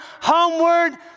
homeward